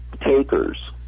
Takers